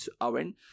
Owen